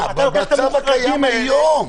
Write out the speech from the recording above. כי מדובר פה על שפיכות דמים ואתה מסביר לי על התראות.